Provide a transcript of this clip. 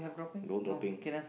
no dropping